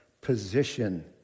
position